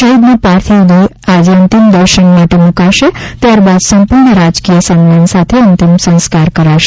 શહીદનો પાર્થિવ દેહ આજે અંતિમ દર્શન માટે મુકાશે ત્યાર બાદ સંપૂર્ણ રાજકીય સન્માન સાથે અંતિમ સંસ્કાર કરાશે